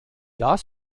das